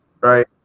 right